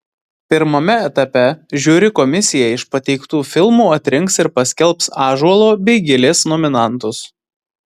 pirmame etape žiuri komisija iš pateiktų filmų atrinks ir paskelbs ąžuolo bei gilės nominantus